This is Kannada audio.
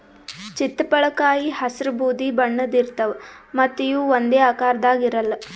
ಚಿತ್ತಪಳಕಾಯಿ ಹಸ್ರ್ ಬೂದಿ ಬಣ್ಣದ್ ಇರ್ತವ್ ಮತ್ತ್ ಇವ್ ಒಂದೇ ಆಕಾರದಾಗ್ ಇರಲ್ಲ್